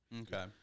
Okay